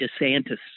DeSantis